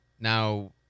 Now